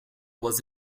was